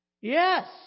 Yes